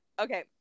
okay